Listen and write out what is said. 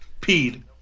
peed